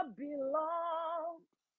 belongs